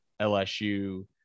LSU